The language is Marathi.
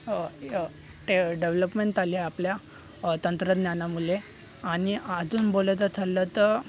अ डेव्हलपमेंट आली आपल्या तंत्रज्ञानामुळे आणि अजून बोलायचं ठरलं तर